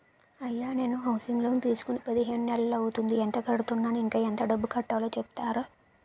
అయ్యా నేను housing loan తీసుకొని పదిహేను నెలలు అవుతోందిఎంత కడుతున్నాను, ఇంకా ఎంత డబ్బు కట్టలో చెప్తారా?